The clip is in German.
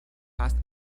fast